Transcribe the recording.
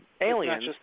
aliens